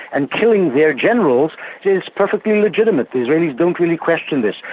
and killing their generals is perfectly legitimate. israelis don't really question this.